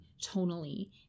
tonally